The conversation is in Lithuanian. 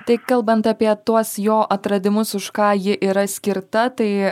tai kalbant apie tuos jo atradimus už ką ji yra skirta tai